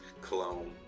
cologne